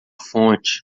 fonte